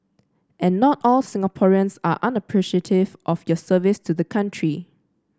and not all Singaporeans are unappreciative of your service to the country